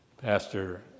pastor